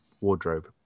wardrobe